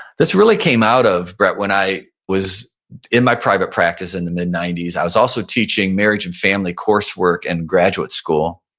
this really came out of, brett, when i was in my private practice in the mid ninety s, i was also teaching marriage and family coursework in and graduate school,